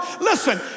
Listen